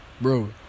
bro